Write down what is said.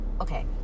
Okay